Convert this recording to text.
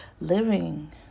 living